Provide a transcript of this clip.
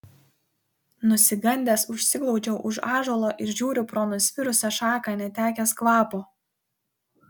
nusigandęs užsiglaudžiau už ąžuolo ir žiūriu pro nusvirusią šaką netekęs kvapo